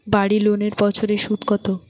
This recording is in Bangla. বাড়ি লোনের বছরে সুদ কত?